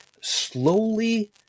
slowly